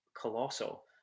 colossal